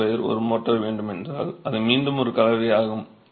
5 Nmm2 ஒரு mortar வேண்டும் என்றால் அது மீண்டும் ஒரு கலவை ஆகும்